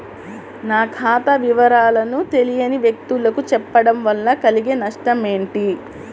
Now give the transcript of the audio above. నా ఖాతా వివరాలను తెలియని వ్యక్తులకు చెప్పడం వల్ల కలిగే నష్టమేంటి?